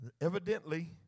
evidently